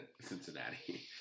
Cincinnati